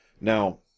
Now